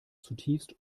zutiefst